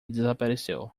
desapareceu